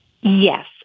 Yes